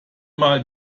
mal